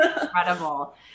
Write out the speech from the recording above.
incredible